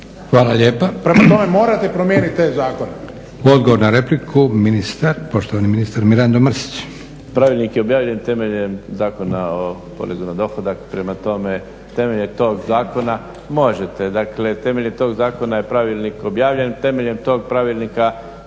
i te odredbe. Prema tome morate promijeniti te zakone. **Leko, Josip (SDP)** Odgovor na repliku, poštovani ministar Mirando Mrsić. **Mrsić, Mirando (SDP)** Pravilnik je objavljen temeljem Zakona o porezu na dohodak, prema tome temeljem tog zakona možete dakle, temeljem tog zakona je pravilnik objavljen. Temeljem tog pravilnika